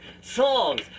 songs